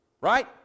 Right